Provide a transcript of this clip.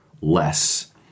less